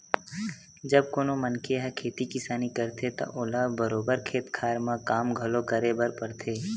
जब कोनो मनखे ह खेती किसानी करथे त ओला बरोबर खेत खार म काम घलो करे बर परथे